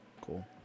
Cool